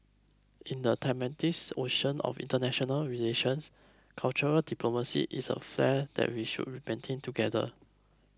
in the tumultuous ocean of international relations cultural diplomacy is a flare that we should read maintain together